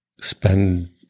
spend